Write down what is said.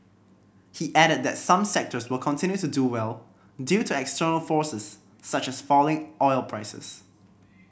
he added that some sectors will continue to do well due to external forces such as falling oil prices